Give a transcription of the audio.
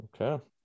Okay